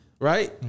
right